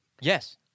Yes